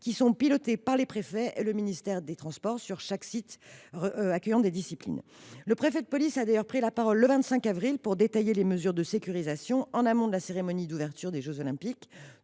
pilotés par les préfets et par le ministère des transports sur chaque site accueillant des épreuves. Le préfet de police a d’ailleurs pris la parole, le 25 avril, pour détailler les mesures de sécurisation qui seront déployées en amont de la cérémonie d’ouverture des jeux Olympiques.